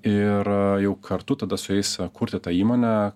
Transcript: ir jau kartu tada su jais kurti tą įmonę